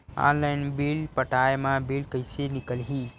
Online bill पटाय मा bill कइसे निकलही?